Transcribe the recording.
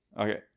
Okay